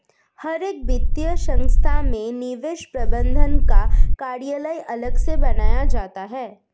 हर एक वित्तीय संस्था में निवेश प्रबन्धन का कार्यालय अलग से बनाया जाता है